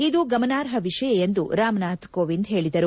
ಇದು ಗಮನಾರ್ಪ ವಿಷಯ ಎಂದು ರಾಮನಾಥ್ ಕೋವಿಂದ್ ಪೇಳಿದರು